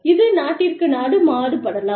இது நாட்டிற்கு நாடு மாறுபடும்